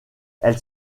elle